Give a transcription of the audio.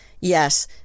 Yes